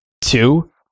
Two